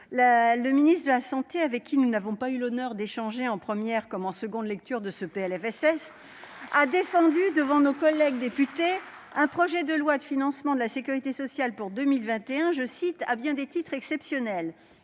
le ministre de la santé, avec qui nous n'avons pas eu l'honneur d'échanger en première comme en seconde lecture de ce PLFSS, a défendu devant nos collègues députés un projet de loi de financement de la sécurité sociale pour 2021, qu'il a qualifié d'« exceptionnel »,